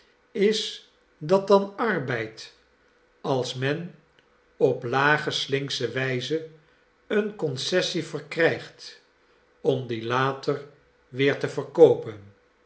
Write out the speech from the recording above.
is dat dan arbeid als men op lage slinksche wijze een concessie verkrijgt om die later weer te verkoopen